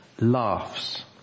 laughs